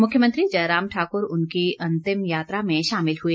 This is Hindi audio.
मुख्यमंत्री जयराम ठाकुर उनकी अंतिम यात्रा में शामिल हुए